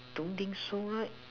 don't think so right